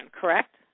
correct